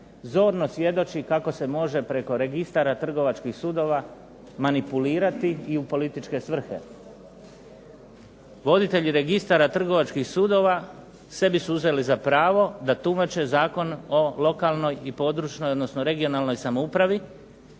zorno svjedoči kako se može preko registara trgovačkih sudova manipulirati i u političke svrhe. Voditelji registara trgovačkih sudova sebi su uzeli za pravo da tumače Zakon o lokalnoj i područnoj odnosno regionalnoj samoupravi.